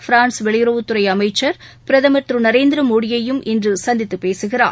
France வெளியுறவுத்துறைஅமைச்சர் பிரதமர் திருநரேந்திரமோடியையும் இன்றுசந்தித்துபேசுகிறார்